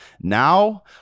Now